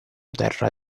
terra